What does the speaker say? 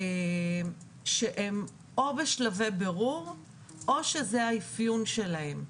שהם או בשלבי בירור או שזה האפיון שלהם.